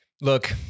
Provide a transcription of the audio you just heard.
look